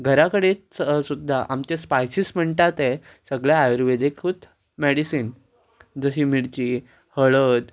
घरा कडेन सुद्दां आमचे स्पायसीस म्हणटा ते सगळे आयुर्वेदीकूच मॅडिसीन जशी मिर्ची हळद